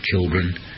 children